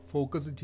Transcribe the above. Focus